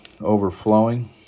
overflowing